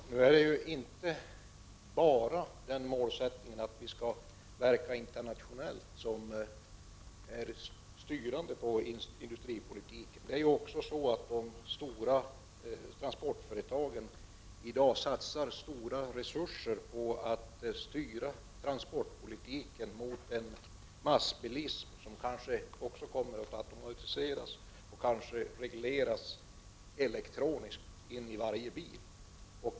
Herr talman! Det är inte bara målsättningen att vi skall verka internationellt som styr industripolitiken. De stora transportföretagen satsar i dag också stora resurser på att styra transportpolitiken mot en massbilism som kanske också kommer att automatiseras och regleras elektroniskt i varje bil.